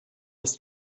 ist